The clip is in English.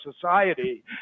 society